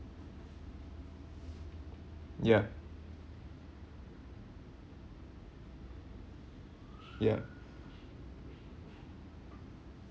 ya ya